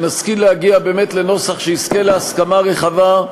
שנשכיל להגיע באמת לנוסח שיזכה להסכמה רחבה,